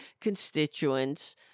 constituents